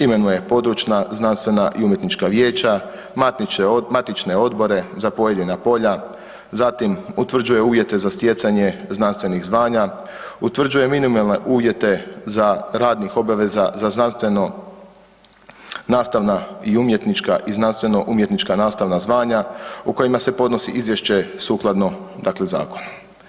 Imenuje područna znanstvena i umjetnička vijeća, matične odbore za pojedina polja, zatim utvrđuje uvjete za stjecanje znanstvenih zvanja, utvrđuje minimalne uvjete za radnih obaveza za znanstveno nastavna i umjetnička i znanstveno umjetnička nastavna zvanja u kojima se podnosi izvješće sukladno dakle zakonu.